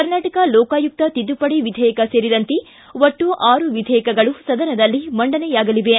ಕರ್ನಾಟಕ ಲೋಕಾಯುಕ್ತ ತಿದ್ದುಪಡಿ ವಿಧೇಯಕ ಸೇರಿದಂತೆ ಒಟ್ಟು ಆರು ವಿಧೇಯಕಗಳು ಸದನದಲ್ಲಿ ಮಂಡನೆಯಾಗಲಿವೆ